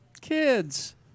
Kids